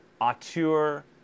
auteur